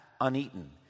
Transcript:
uneaten